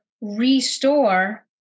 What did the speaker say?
restore